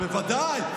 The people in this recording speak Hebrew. בוודאי.